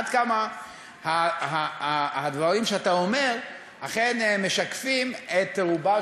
עד כמה הדברים שאתה אומר אכן משקפים את רובה